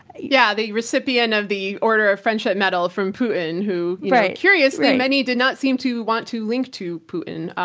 yeah. the recipient of the order of friendship medal from putin, who curiously many did not seem to want to link to putin.